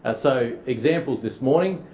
ah so examples this morning,